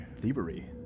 Thievery